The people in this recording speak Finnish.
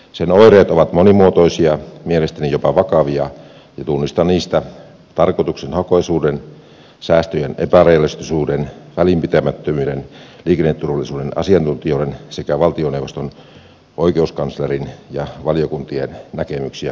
sen oireet ovat monimuotoisia mielestäni jopa vakavia ja tunnistan niistä tarkoituksenhakuisuuden säästöjen epärealistisuuden välinpitämättömyyden liikenneturvallisuuden asiantuntijoiden sekä valtioneuvoston oikeuskanslerin ja valiokuntien näkemyksiä kohtaan